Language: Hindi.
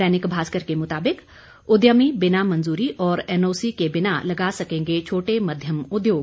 दैनिक भास्कर के मुताबिक उद्यमी बिना मंजूरी और एनओसी के बिना लगा सकेंगे छोटे मध्यम उद्योग